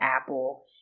apple